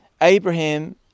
Abraham